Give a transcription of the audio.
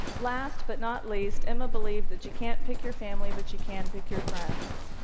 last but not least, emma believed that you can't pick your family, but you can pick your friends.